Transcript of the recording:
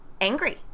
angry